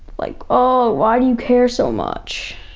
like oh, why do you care so much?